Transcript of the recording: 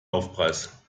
aufpreis